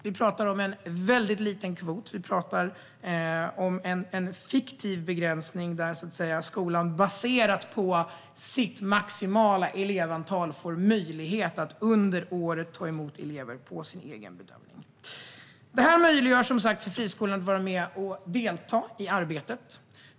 Vi talar om en mycket liten kvot, och vi talar om en fiktiv begränsning där skolan, baserat på sitt maximala elevantal, får möjlighet att under året ta emot elever i enlighet med sin egen bedömning. Detta möjliggör, som sagt, för friskolorna att delta i detta arbete.